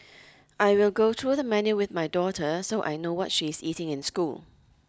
I will go through the menu with my daughter so I know what she is eating in school